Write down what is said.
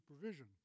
supervision